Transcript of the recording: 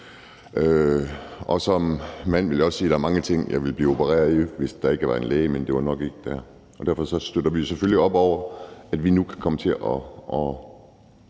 Som mand vil jeg også sige, at der er mange ting, jeg ville blive opereret for af en, der ikke var læge, men det var nok ikke der. Derfor støtter vi selvfølgelig op om, at vi nu kan komme til at